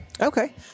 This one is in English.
Okay